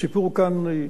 הסיפור כאן,